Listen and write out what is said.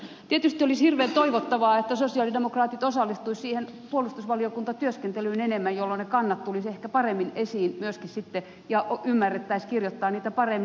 tietysti olisi hirveän toivottavaa että sosialidemokraatit osallistuisivat siihen puolustusvaliokuntatyöskentelyyn enemmän jolloin ne kannat tulisivat ehkä paremmin esiin myöskin sitten ja ymmärrettäisiin kirjoittaa niitä paremmin